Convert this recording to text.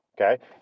Okay